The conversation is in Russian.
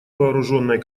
вооруженной